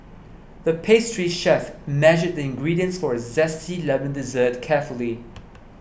the pastry chef measured the ingredients for a Zesty Lemon Dessert carefully